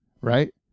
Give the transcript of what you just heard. right